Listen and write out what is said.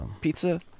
pizza